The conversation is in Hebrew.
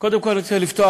קודם כול, אני רוצה לפתוח,